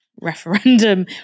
referendum